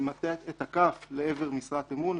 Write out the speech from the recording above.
זה מטה את הכף לעבר משרת אמון,